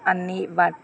అన్నీ